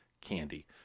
candy